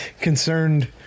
concerned